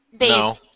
No